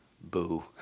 Boo